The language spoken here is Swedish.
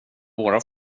våra